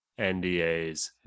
NDAs